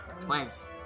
Twice